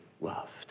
loved